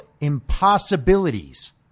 impossibilities